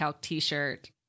t-shirt